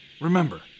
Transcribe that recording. Remember